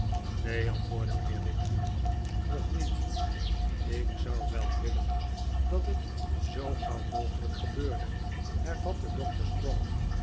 neen antwoordde mijnheer wickfield nog niet ik zou wel willen dat het zoo gauw mogelijk gebeurde hervatte doctor